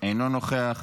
אינו נוכח,